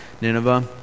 Nineveh